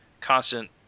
constant